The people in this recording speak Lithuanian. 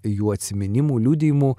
jų atsiminimų liudijimų